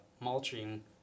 mulching